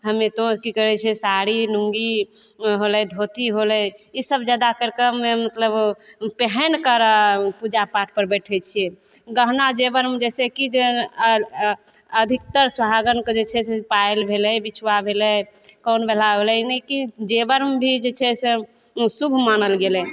हमे तऽ की कहै छै साड़ी लुँगी होलै धोती होलै ई सब जादा करिके मे मतलब ओ पहिन कर ओ पूजापाठ पर बैठैत छियै गहना जेबरमे जैसेकी जे अधिकतर सोहागनकऽ जे छै से पायल भेलै बिछुआ भेलै कानबाला भेलै ई नहि कि जेबरमेभी जे छै से ओ शुभ मानल गेलै